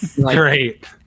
Great